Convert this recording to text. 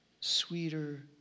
sweeter